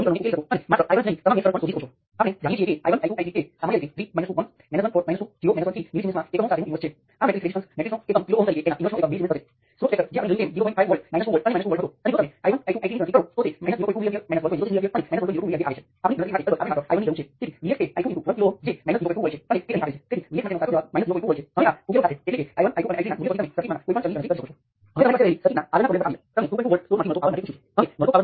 આ ચોક્કસ કિસ્સામાં ઇક્વિવેલન્ટ રેઝિસ્ટન્સ ને સ્પષ્ટ કરવાને બદલે હું ઇક્વિવેલન્ટ કંડક્ટન્સ શોર્ટ સર્કિટ હોઈ શકે છે અથવા તે કંટ્રોલ સોર્સનો ઉપયોગ કરીને અનુકરણ કરી શકાય છે ગમે તે હોય